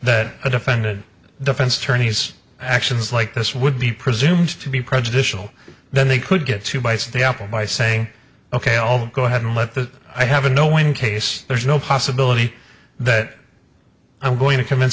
that a defendant defense attorneys actions like this would be presumed to be prejudicial then they could get two bites of the apple by saying ok i'll go ahead and let the i have a no win case there's no possibility that i'm going to convince